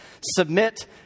submit